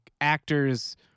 actors